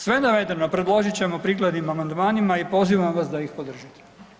Sve navedeno predložit ćemo prikladnim amandmanima i pozivam vas da ih podržite.